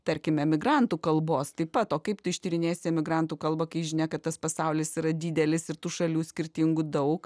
tarkim emigrantų kalbos taip pat o kaip tu ištyrinėsi emigrantų kalbą kai žinia kad tas pasaulis yra didelis ir tų šalių skirtingų daug